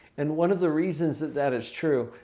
and one of the reasons that that is true.